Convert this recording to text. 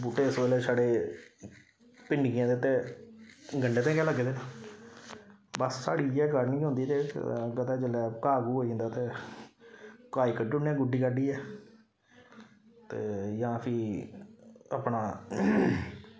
बहूटे इस बेल्लै छड़े भिंडियें दे ते गंढे दे गै लग्गे दे बस साढ़ी इ'यै गार्डनिंग होंदी ते अग्गै जेल्लै घाह् घु होई जंदा ते घाह् गी कड्डी ओड़ने गुड्डी गाड्डियै ते जां फ्ही अपना